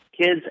Kids